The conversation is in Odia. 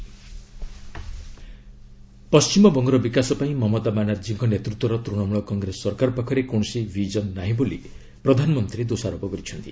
ଡବ୍ଲ୍ୟୁବି ପିଏମ୍ ର୍ୟାଲି ପଶ୍ଚିମବଙ୍ଗର ବିକାଶ ପାଇଁ ମମତା ବାନାର୍ଜୀଙ୍କ ନେତୃତ୍ୱର ତୃଣମୂଳ କଂଗ୍ରେସ ସରକାର ପାଖରେ କୌଣସି ବିଜନ୍ ନାହିଁ ବୋଲି ପ୍ରଧାନମନ୍ତ୍ରୀ ଦୋଷାରୋପ କରିଛନ୍ତି